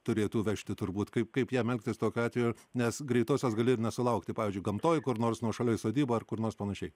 turėtų vežti turbūt kaip kaip jam elgtis tokiu atveju nes greitosios gali ir nesulaukti pavyzdžiui gamtoj kur nors nuošalioj sodyboj ar kur nors panašiai